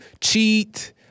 cheat